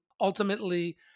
ultimately